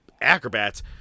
acrobats